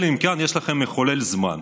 אלא אם כן יש לכם מחולל זמן,